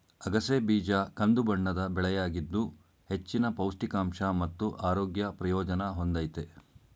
ಅಗಸೆ ಬೀಜ ಕಂದುಬಣ್ಣದ ಬೆಳೆಯಾಗಿದ್ದು ಹೆಚ್ಚಿನ ಪೌಷ್ಟಿಕಾಂಶ ಮತ್ತು ಆರೋಗ್ಯ ಪ್ರಯೋಜನ ಹೊಂದಯ್ತೆ